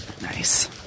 nice